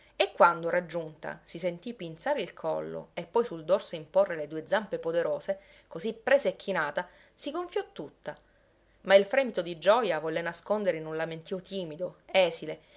e quando raggiunta si sentì pinzare il collo e poi sul dorso imporre le due zampe poderose così presa e chinata si gonfiò tutta ma il fremito di gioja volle nascondere in un lamentio timido esile